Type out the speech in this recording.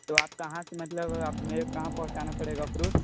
तो आप कहाँ से मतलब आप मेरे कहाँ पहुंचाना पड़ेगा फ्रूट